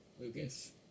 Lucas